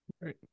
Right